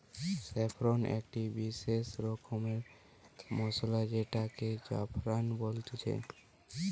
saffron একটি বিসেস রকমের মসলা যেটাকে জাফরান বলছে